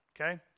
okay